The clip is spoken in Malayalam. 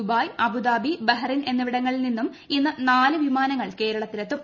ദുബായ് അബുദാബി ബഹ്റൈൻ എന്നിവിടങ്ങളിൽ നിന്നും ഇന്ന് നാല് വിമാനങ്ങൾ കേരളത്തിൽ എത്തും